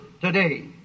today